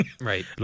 right